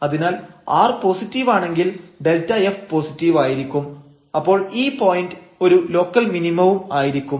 അതിനാൽ r positive ആണെങ്കിൽ Δf പോസിറ്റീവായിരിക്കും അപ്പോൾ ഈ പോയന്റ് ഒരു ലോക്കൽ മിനിമവും ആയിരിക്കും